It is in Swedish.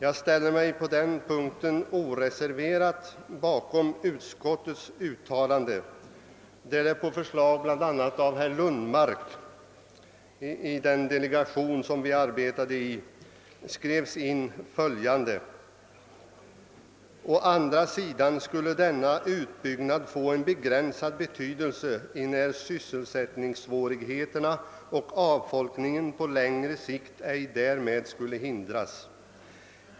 Jag ställer mig på den punkten oreserverat bakom utskottets utlåtande där det på förslag av bl.a. herr Lundmark i den delegation som vi arbetade i skrevs in följande: »Å andra sidan skulle denna utbyggnad få en begränsad betydelse, enär sysselsättningssvårigheterna och <avfolkningen på längre sikt ej därmed skulle kunna hindras.